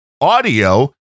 audio